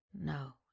No